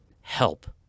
help